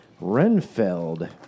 Renfeld